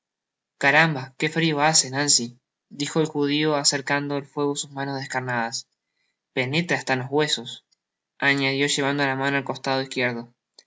caramba que frio hace nancy dijo el judio acercando al fuego sus manos descarnadas penetra hasta los huesos añadió llevando la mano al costado izquierdo